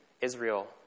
Israel